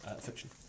Fiction